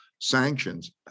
sanctions